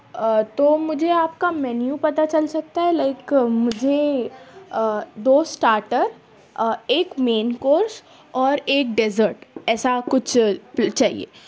تو مجھے آپ کو مینیو پتہ چل سکتا ہے لائک مجھے دو اسٹارٹر ایک مین کورس اور ایک ڈیزرٹ ایسا کچھ چاہیے